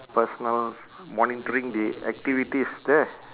personnel monitoring the activities there